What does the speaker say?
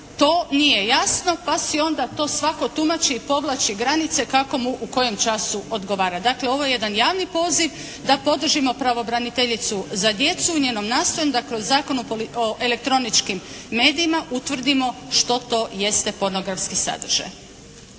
to nije jasno pa si onda to svatko tumači i povlači granice kako mu u kojem času odgovara. Dakle ovo je jedan javni poziv da podržimo pravobraniteljicu za djecu i u njenom nastojanju da kroz Zakon o elektroničkim medijima utvrdimo što to jeste pornografski sadržaj.